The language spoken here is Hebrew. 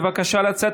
בבקשה לצאת,